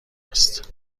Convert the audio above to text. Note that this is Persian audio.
هست